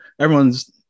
everyone's